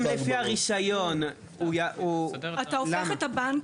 אם לפי הרישיון הוא --- אתה הופך את הבנק,